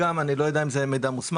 אני לא יודע אם זה מידע מוסמך,